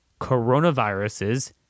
Coronaviruses